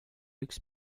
üks